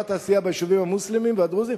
התעשייה ביישובים המוסלמיים והדרוזיים?